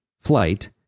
flight